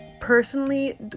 personally